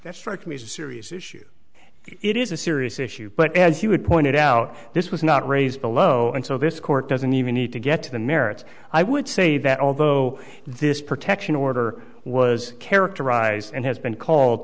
that strikes me as a series issue it is a serious issue but as you would point out this was not raised below and so this court doesn't even need to get to the merits i would say that although this protection order was characterized and has been called